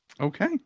Okay